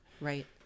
Right